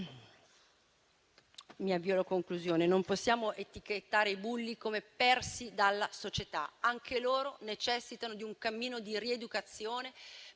Mi avvio alla conclusione: non possiamo etichettare i bulli come persi dalla società; anche loro necessitano di un cammino di rieducazione